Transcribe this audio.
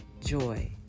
joy